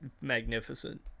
magnificent